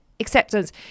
Acceptance